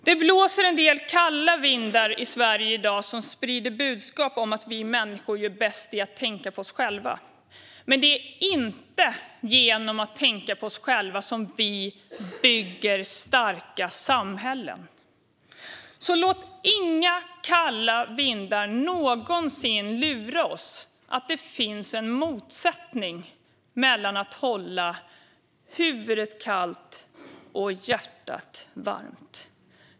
Det blåser en del kalla vindar i Sverige i dag som sprider budskap om att vi människor gör bäst i att tänka på oss själva. Men det är inte genom att tänka på oss själva som vi bygger starka samhällen. Så låt inga kalla vindar någonsin lura oss att det finns en motsättning mellan att hålla huvudet kallt och hjärtat varmt!